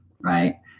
right